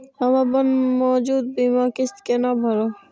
हम अपन मौजूद बीमा किस्त केना भरब?